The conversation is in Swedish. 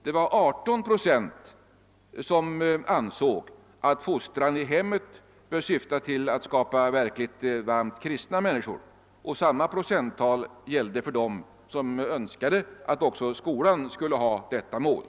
Det var 18 procent som ansåg att fostran i hemmet bör syfta till att skapa verkligt varmt kristna människor, och samma procenttal gällde för dem som önskade att också skolan skulle ha detta mål.